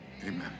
amen